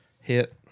hit